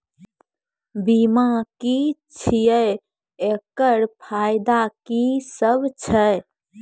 बीमा की छियै? एकरऽ फायदा की सब छै?